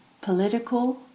political